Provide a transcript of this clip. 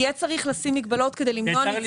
יהיה צריך לשים מגבלות כדי למנוע ניצול